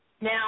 Now